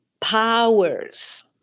powers